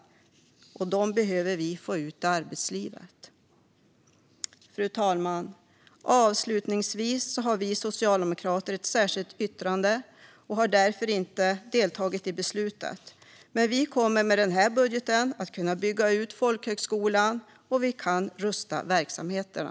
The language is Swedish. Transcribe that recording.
Vi behöver få ut dem i arbetslivet. Fru talman! Avslutningsvis har vi socialdemokrater ett särskilt yttrande. Därför har vi inte deltagit i beslutet. Men vi kommer med denna budget att kunna bygga ut folkhögskolan och rusta verksamheterna.